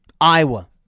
Iowa